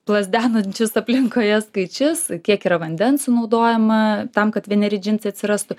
plazdenančius aplinkoje skaičius kiek yra vandens sunaudojama tam kad vieneri džinsai atsirastų